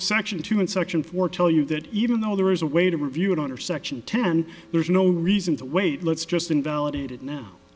section two and section four tell you that even though there is a way to review it under section ten there's no reason to wait let's just invalidated now